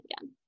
again